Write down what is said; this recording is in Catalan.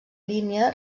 línia